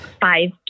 five